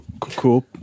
Cool